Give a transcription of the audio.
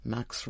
Max